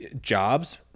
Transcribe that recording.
jobs